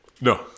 No